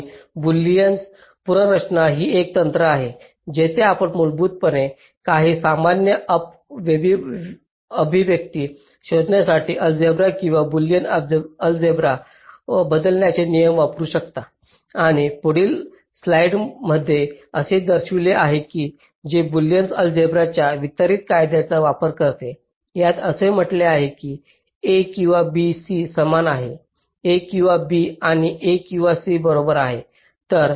आणि बुलियन पुनर्रचना ही एक तंत्र आहे जिथे आपण मूलभूतपणे काही सामान्य उप अभिव्यक्ती शोधण्यासाठी अलजेब्रा किंवा बुलियन अलजेब्रा बदलण्याचे नियम वापरू शकता आणि पुढील स्लाइडमध्ये असे दर्शविलेले आहे जे बुलियन अलजेब्रा च्या वितरित कायद्याचा वापर करते ज्यात असे म्हटले आहे की a किंवा b c समान आहे a किंवा b आणि a किंवा c बरोबर